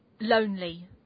lonely